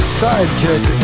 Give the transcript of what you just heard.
sidekick